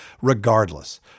regardless